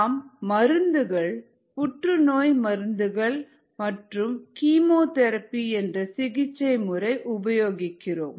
நாம் மருந்துகள் புற்றுநோய் மருந்துகள் மற்றும் கீமோதெரபி என்ற சிகிச்சை முறை உபயோகிக்கிறோம்